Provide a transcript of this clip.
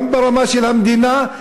גם ברמה של המדינה,